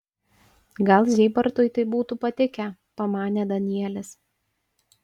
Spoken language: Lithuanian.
gal zybartui tai būtų patikę pamanė danielis